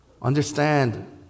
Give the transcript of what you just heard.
Understand